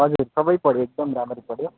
हजुर सबै पढ्यो एकदम रामरी पढ्यो